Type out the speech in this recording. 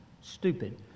stupid